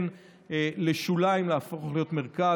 שוליים, חבר הכנסת כסיף.